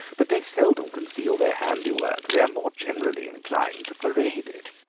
but they seldom conceal their handiwork they are more generally inclined to parade it.